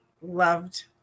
loved